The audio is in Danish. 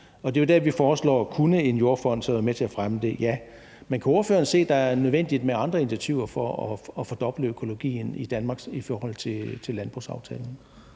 det er jo det, vi foreslår: Kunne en jordfond så være med til at fremme det? Ja. Men kan ordføreren se, at det er nødvendigt med andre initiativer for at få fordoblet økologien i Danmark i forhold til landbrugsaftalen?